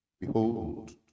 Behold